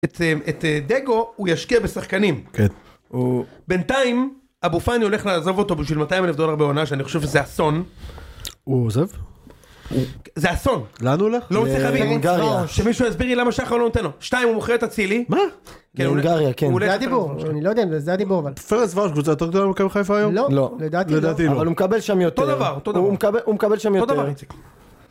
את דגו הוא ישקיע בשחקנים, כן, בינתיים, אבו פאני הולך לעזוב אותו בשביל 200,000 דולר בעונה שאני חושב שזה אסון, הוא עוזב? זה אסון, לאן הוא הולך? לא מצליח להבין, להונגריה, שמישהו יסביר לי למה שחר לא נותן לו?, שתיים הוא מוכר את אצילי, מה? להונגריה כן, זה הדיבור, אני לא יודע אם זה הדיבור אבל, פרנצווארוש קבוצה יותר טובה ממכבי חיפה היום? לא, לדעתי לא, אבל הוא מקבל שם יותר, אותו דבר, הוא מקבל שם יותר, אותו דבר,